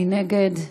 מי נגד?